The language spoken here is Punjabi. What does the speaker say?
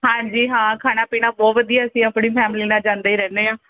ਹਾਂਜੀ ਹਾਂ ਖਾਣਾ ਪੀਣਾ ਬਹੁਤ ਵਧੀਆ ਸੀ ਆਪਣੀ ਫੈਮਿਲੀ ਨਾਲ਼ ਜਾਂਦੇ ਈ ਰਹਿੰਦੇ ਹਾਂ